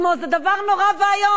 זה דבר נורא ואיום.